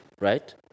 Right